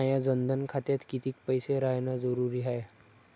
माया जनधन खात्यात कितीक पैसे रायन जरुरी हाय?